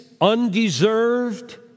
undeserved